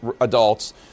adults